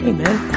Amen